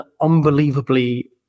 unbelievably